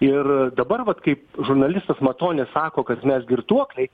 ir dabar vat kaip žurnalistas matonis sako kad mes girtuokliai